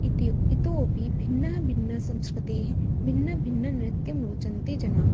इति इतोऽपि भिन्नभिन्नसंस्कृतेः भिन्नं भिन्नं नृत्यं रोचन्ते जनाः